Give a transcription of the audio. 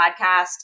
podcast